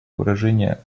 выражение